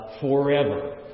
forever